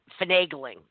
finagling